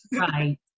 Right